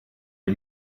les